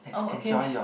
oh okay okay